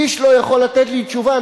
איש לא יכול לתת לי תשובה,